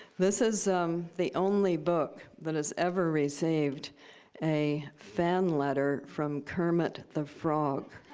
this is the only book that has ever received a fan letter from kermit the frog.